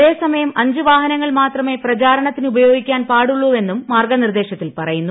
ഒരേ സമയം അഞ്ചു വാഹനങ്ങൾ മാത്രമേ പ്രചാരണത്തിന് ഉപയോഗിക്കാൻ പാടുള്ളെന്നും മാർഗനിർദേശത്തിൽ പറയുന്നു